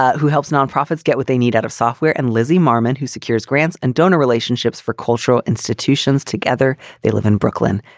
ah who helps nonprofits get what they need out of software, and lizzie marman, who secures grants and donor relationships for cultural institutions together. they live in brooklyn.